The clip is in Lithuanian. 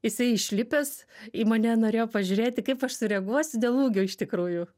jisai išlipęs į mane norėjo pažiūrėti kaip aš sureaguosiu dėl ūgio iš tikrųjų